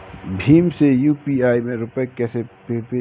भीम से यू.पी.आई में रूपए कैसे भेजें?